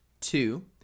Two